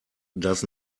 does